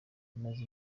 bimaze